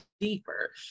deeper